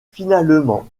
finalement